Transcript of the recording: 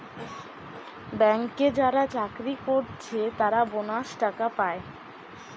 ব্যাংকে যারা চাকরি কোরছে তারা বোনাস টাকা পায়